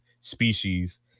species